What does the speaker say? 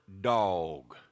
dog